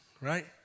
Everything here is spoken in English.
Right